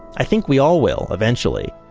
i think we all will eventually.